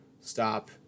stop